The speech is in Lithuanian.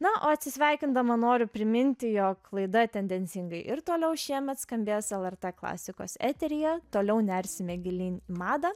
na o atsisveikindama noriu priminti jog laida tendencingai ir toliau šiemet skambės lrt klasikos eteryje toliau nersime gilyn į madą